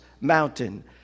mountain